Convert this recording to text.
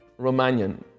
Romanian